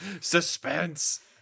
Suspense